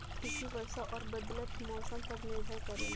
कृषि वर्षा और बदलत मौसम पर निर्भर करेला